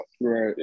Right